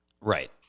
right